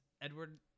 edward